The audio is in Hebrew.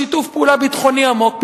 שיתוף פעולה ביטחוני עמוק.